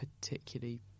particularly